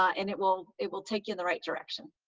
ah and it will it will take you in the right direction.